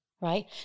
Right